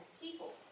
people